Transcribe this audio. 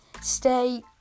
stay